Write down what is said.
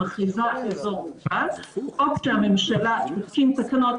מכריזה על אזור מוגבל או כשהממשלה תתקין תקנות